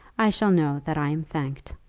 i shall know that i am thanked.